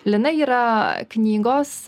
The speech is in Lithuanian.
lina yra knygos